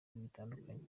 bitandukanye